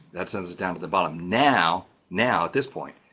that sends us down to the bottom. now, now at this point,